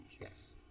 Yes